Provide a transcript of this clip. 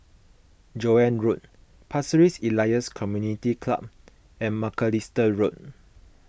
Joan Road Pasir Ris Elias Community Club and Macalister Road